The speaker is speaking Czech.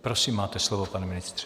Prosím máte slovo, pane ministře.